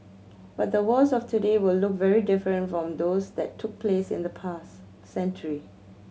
but the wars of today will look very different from those that took place in the past century